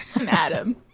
Adam